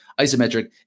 Isometric